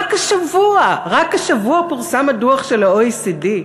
רק השבוע, רק השבוע פורסם הדוח של ה-OECD,